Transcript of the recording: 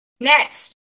Next